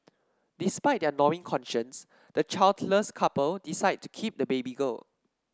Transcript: despite their gnawing conscience the childless couple decide to keep the baby girl